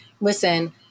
listen